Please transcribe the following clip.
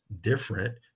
different